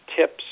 tips